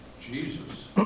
Jesus